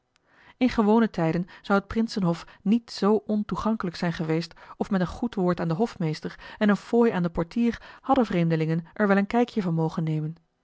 in gewone tijden zou het prinsenhof niet zoo ontoegankelijk zijn geweest of met een goed woord aan den hofmeester en eene fooi aan den portier hadden vreemdelingen er wel een kijkje van mogen nemen